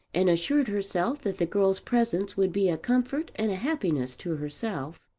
and assured herself that the girl's presence would be a comfort and a happiness to herself.